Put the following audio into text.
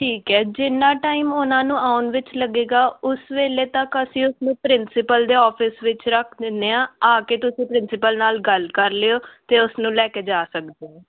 ਠੀਕ ਹੈ ਜਿੰਨਾ ਟਾਈਮ ਉਹਨਾਂ ਨੂੰ ਆਉਣ ਵਿੱਚ ਲੱਗੇਗਾ ਉਸ ਵੇਲੇ ਤੱਕ ਅਸੀਂ ਉਸ ਨੂੰ ਪ੍ਰਿੰਸੀਪਲ ਦੇ ਆਫਿਸ ਵਿੱਚ ਰੱਖ ਦਿੰਦੇ ਹਾਂ ਆ ਕੇ ਤੁਸੀਂ ਪ੍ਰਿੰਸੀਪਲ ਨਾਲ ਗੱਲ ਕਰ ਲਿਓ ਅਤੇ ਉਸ ਨੂੰ ਲੈ ਕੇ ਜਾ ਸਕਦੇ ਹੋ